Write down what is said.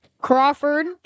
Crawford